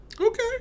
Okay